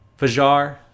Fajar